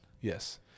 Yes